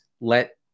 let